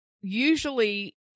Usually